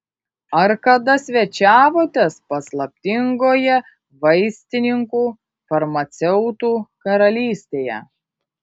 ar kada svečiavotės paslaptingoje vaistininkų farmaceutų karalystėje